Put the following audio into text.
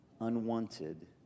unwanted